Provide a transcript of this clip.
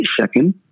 second